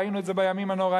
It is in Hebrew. ראינו את זה בימים הנוראים.